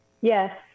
Yes